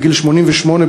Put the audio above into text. בגיל 88,